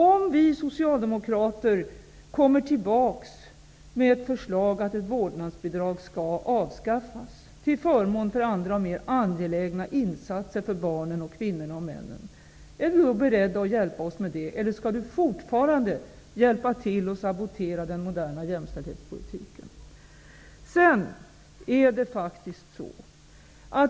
Om vi socialdemokrater kommer tillbaks med ett förslag till att ett vårdnadsbidrag skall avskaffas till förmån för andra och mer angelägna insatser för barnen, kvinnorna och männen, är Bengt Westerberg då beredd att hjälpa oss med det eller kommer han fortfarande att hjälpa till att sabotera den moderna jämställdhetspolitiken?